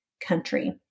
country